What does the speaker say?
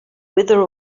wither